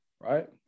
right